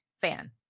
fan